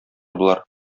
болар